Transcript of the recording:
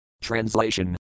TRANSLATION